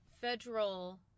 federal